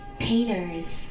painters